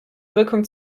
wirkung